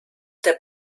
der